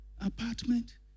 apartment